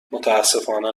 متأسفانه